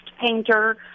painter